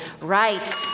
Right